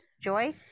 joy